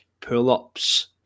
pull-ups